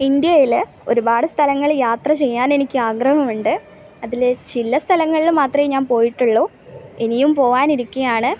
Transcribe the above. ഇന്ത്യയിൽ ഒരുപാട് സ്ഥലങ്ങൾ യാത്ര ചെയ്യാനെനിക്ക് ആഗ്രഹമുണ്ട് അതിൽ ചില സ്ഥലങ്ങളിൽ മാത്രമേ ഞാൻ പോയിട്ടുള്ളു ഇനിയും പോവാനിരിക്കുകയാണ്